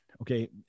Okay